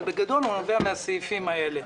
אבל בגדול הוא נובע מן הסעיפים האלה.